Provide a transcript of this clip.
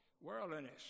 Worldliness